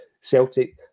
Celtic